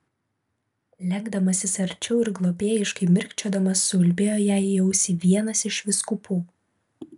lenkdamasis arčiau ir globėjiškai mirkčiodamas suulbėjo jai į ausį vienas iš vyskupų